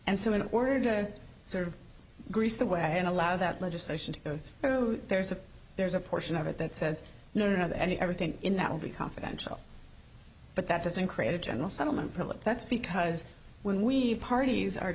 and so in order to sort of grease the way and allow that legislation to go through there's a there's a portion of it that says no not any everything in that will be confidential but that doesn't create a general settlement problem that's because when we have parties are